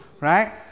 Right